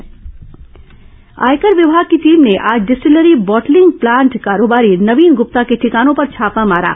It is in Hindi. आयकर छापा आयकर विभाग की टीम ने आज डिस्टलरी बॉटलिंग प्लांट कारोबारी नवीन गुप्ता के ठिकानों पर छापा मारा